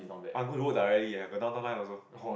I'm going to work directly eh have a Downtown Line also